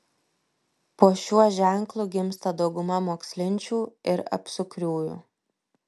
po šiuo ženklu gimsta dauguma mokslinčių ir apsukriųjų